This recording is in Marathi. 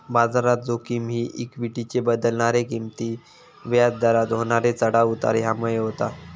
बाजारात जोखिम ही इक्वीटीचे बदलणारे किंमती, व्याज दरात होणारे चढाव उतार ह्यामुळे होता